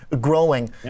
growing